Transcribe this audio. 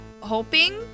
hoping